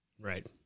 Right